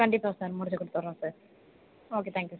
கண்டிப்பாக சார் முடித்து கொடுத்துட்றோம் சார் ஓகே தேங்க் யூ